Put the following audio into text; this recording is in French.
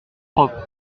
propres